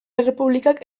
errepublikak